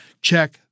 Check